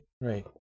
right